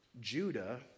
Judah